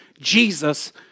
Jesus